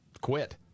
quit